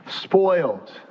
spoiled